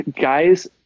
guys